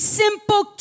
simple